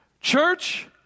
Church